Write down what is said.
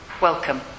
Welcome